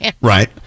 Right